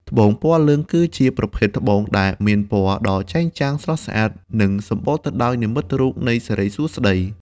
ត្បូងពណ៌លឿង គឺជាប្រភេទត្បូងដែលមានពណ៌ដ៏ចែងចាំង ស្រស់ស្អាត និងសម្បូរទៅដោយនិមិត្តរូបនៃសិរីសួស្តី។